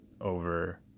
over